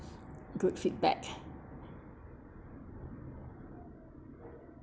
good feedback